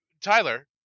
Tyler